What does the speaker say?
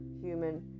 human